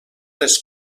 les